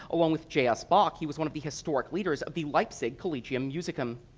along with j. s. bach, he was one of the historic leaders of the leipzig collegium musicum.